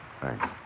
Thanks